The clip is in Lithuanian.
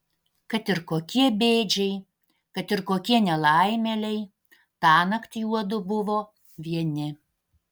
kad ir kokie bėdžiai kad ir kokie nelaimėliai tąnakt juodu buvo vieni